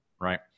right